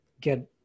get